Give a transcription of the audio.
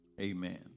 Amen